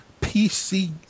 PC